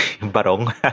barong